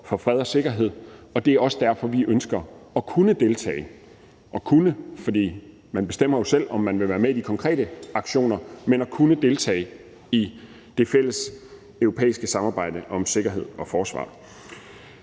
for fred og sikkerhed. Og det er også derfor, vi ønsker at kunne deltage – og jeg siger kunne, for man bestemmer jo selv, om man vil være med i de konkrete aktioner – i det fælles europæiske samarbejde om sikkerhed og forsvar.